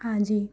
ہاں جی